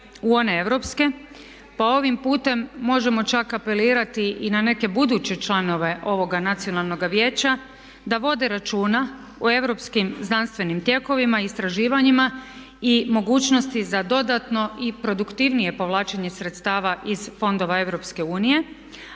u one europske, pa ovim putem možemo čak apelirati i na neke buduće članove ovoga Nacionalnoga vijeća da vode računa o europskim znanstvenim tijekovima i istraživanjima i mogućnosti za dodatno i produktivnije povlačenje sredstava iz fondova EU.